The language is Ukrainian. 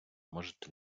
можете